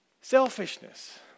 selfishness